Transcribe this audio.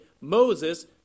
Moses